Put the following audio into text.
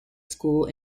school